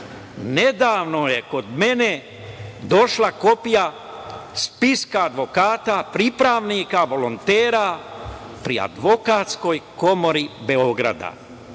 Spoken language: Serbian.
„Nedavno je kod mene došla kopija spiska advokata, pripravnika, volontera pri Advokatskoj komori Beograda,